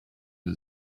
and